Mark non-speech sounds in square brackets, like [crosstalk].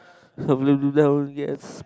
[noise] yes